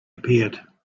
appeared